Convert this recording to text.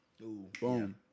boom